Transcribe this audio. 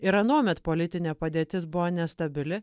ir anuomet politinė padėtis buvo nestabili